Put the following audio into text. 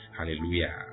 Hallelujah